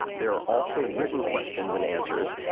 there are also written questions and answers.